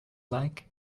like